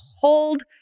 hold